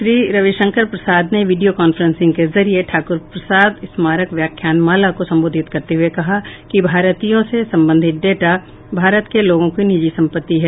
श्री रविशंकर प्रसाद ने video conference के जरिये ठाकुर प्रसाद स्मारक व्याख्यानमाला को संबोधित करते हुए कहा कि भारतीयों से संबंधित डेटा भारत के लोगों की निजी संपत्ति है